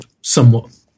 somewhat